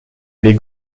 les